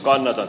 toinen